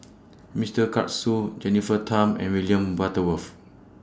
Mister Karesu Jennifer Tham and William Butterworth